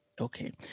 Okay